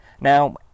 now